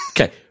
okay